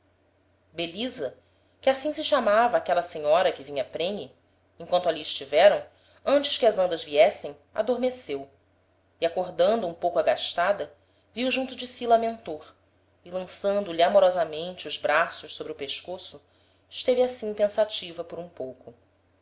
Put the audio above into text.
vinha prenhe emquanto ali estiveram antes que as andas viessem adormeceu e acordando um pouco agastada viu junto de si lamentor e lançando lhe amorosamente os braços sobre o pescoço esteve assim pensativa por um pouco